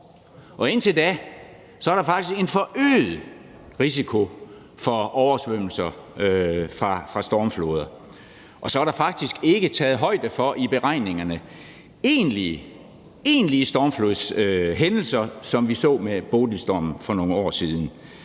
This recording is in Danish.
år. Indtil da er der faktisk en forøget risiko for oversvømmelser fra stormfloder. Og så er der faktisk ikke i beregningerne taget højde for egentlige stormflodshændelser, som vi så det med Bodilstormen for nogle år siden.